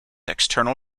external